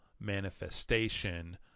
manifestation